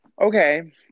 Okay